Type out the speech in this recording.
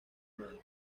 madre